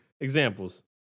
Examples